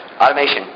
Automation